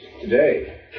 today